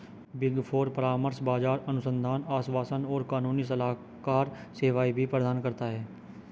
big four परामर्श, बाजार अनुसंधान, आश्वासन और कानूनी सलाहकार सेवाएं भी प्रदान करता है